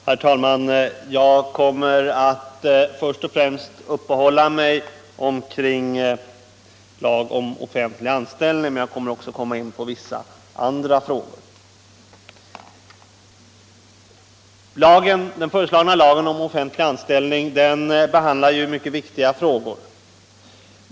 Herr talman! Jag skall först och främst uppehålla mig vid lagen om offentlig anställning men också komma in på vissa andra frågor. Den föreslagna lagen om offentlig anställning behandlar mycket viktiga frågor.